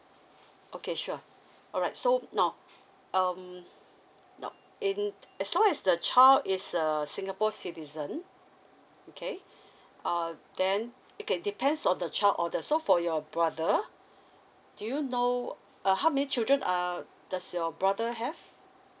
okay sure alright so now um now in as long as the child is a singapore citizen okay uh then okay depends on the child orders so for your brother do you know uh how many children uh does your brother have